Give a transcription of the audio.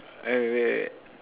uh wait wait wait